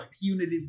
punitive